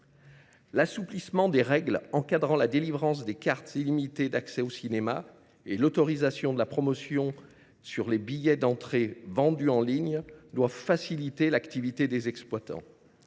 L’assouplissement des règles encadrant la délivrance des cartes illimitées d’accès au cinéma et l’autorisation de promotion sur les billets d’entrée vendus en ligne doivent faciliter l’activité des exploitants.